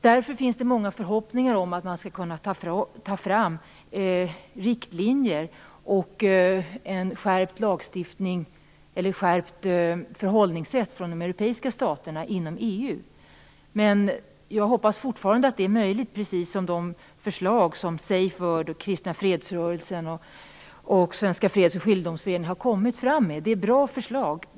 Därför finns det många förhoppningar om att man skall kunna ta fram riktlinjer och en skärpt lagstiftning eller ett skärpt förhållningssätt från de europeiska staterna inom EU. Men jag hoppas fortfarande att det är möjligt precis som de förslag Safe world, Kristna fredsrörelsen och Svenska freds och skiljedomsföreningen har lagt fram. Det är bra förslag.